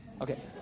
Okay